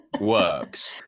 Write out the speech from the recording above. works